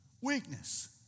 Weakness